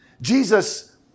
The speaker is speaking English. Jesus